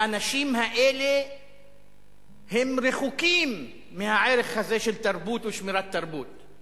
האנשים האלה רחוקים מהערך הזה של תרבות ושמירת תרבות.